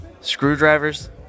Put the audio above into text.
Screwdrivers